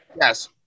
Yes